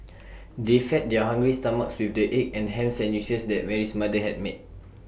they fed their hungry stomachs with the egg and Ham Sandwiches that Mary's mother had made